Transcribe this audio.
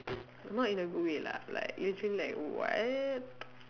not in a good way lah like usually like what